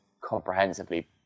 comprehensively